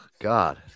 God